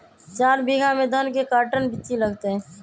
चार बीघा में धन के कर्टन बिच्ची लगतै?